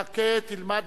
חכה, תלמד.